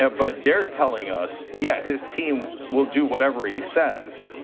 ah but they're telling us, yeah, his team will do whatever he says.